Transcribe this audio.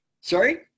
sorry